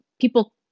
people